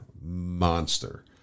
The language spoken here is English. monster